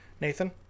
Nathan